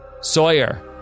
Sawyer